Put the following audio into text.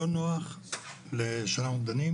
לא נוח שאנחנו דנים